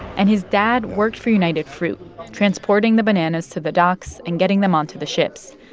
and his dad worked for united fruit transporting the bananas to the docks and getting them onto the ships.